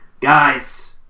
Guys